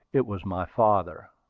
it was my father.